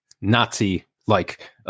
Nazi-like